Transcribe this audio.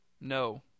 No